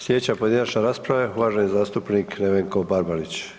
Sljedeća pojedinačna rasprava je uvaženi zastupnik Nevenko Barbarić.